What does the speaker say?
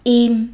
im